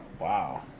Wow